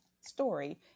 story